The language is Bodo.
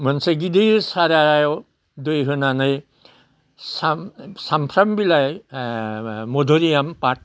मोनसे गिदिर सारायाव दै होनानै सामफ्राम बिलाइ मधलियाम पात